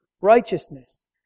righteousness